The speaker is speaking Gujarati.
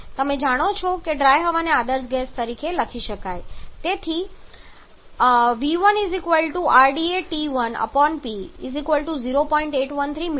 તમે જાણો છો કે ડ્રાય હવાને આદર્શ ગેસ તરીકે ગણી શકાય તેથી સ્પેસિફિક વોલ્યુમ સ્થિતિ પોઈન્ટ 1 આ રીતે મેળવી શકાય છે v1RdaT1P0